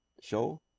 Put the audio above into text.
show